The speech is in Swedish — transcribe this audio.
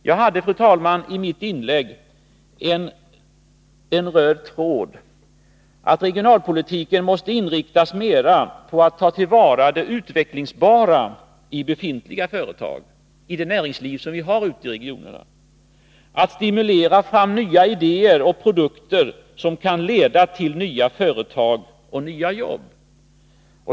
Jag hade, fru talman, i mitt inlägg en röd tråd: regionalpolitiken måste inriktas mer på att ta till vara det utvecklingsbara i befintliga företag, i det näringsliv som vi har ute i regionerna. Vi måste stimulera fram nya idéer och produkter, som kan leda till nya företag och nya jobb.